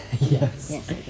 Yes